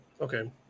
Okay